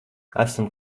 esam